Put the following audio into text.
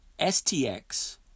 STX